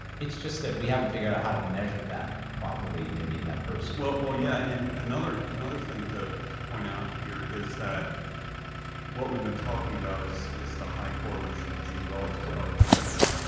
it's just that we haven't figured out how to measure that properly maybe in that person. zach well, yeah, and another another thing to to point out here is that what we've been talking about is is the high correlation of g relative to other predictors.